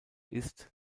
ist